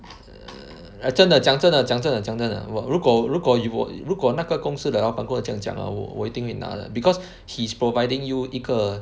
err 真的讲真的讲真正的讲真的我如果如果有我如果如果那个公司的老板跟我这样讲了我我一定会拿的 because he is providing you 一个